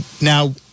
Now